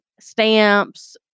stamps